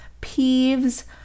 peeves